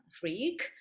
freak